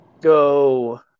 go